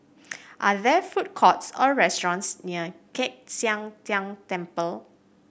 are there food courts or restaurants near Chek Sian Tng Temple